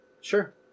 Sure